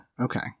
okay